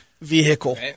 vehicle